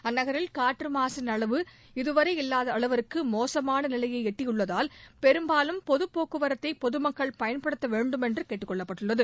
அந்நகரில் காற்று மாசின் அளவு இதுவரை இல்லாத அளவுக்கு மோசமான நிலையை எட்டியுள்ளதால் பெரும்பாலும் பொது போக்குவரத்தை பொதுமக்கள் பயன்படுத்தவேண்டும் என்று கேட்டுக்கொள்ளப்பட்டுள்ளது